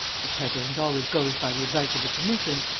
the president always goes by the advice of the commission.